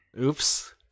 oops